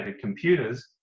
computers